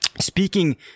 Speaking